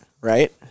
right